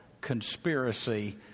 conspiracy